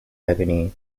agony